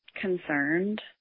concerned